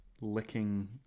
licking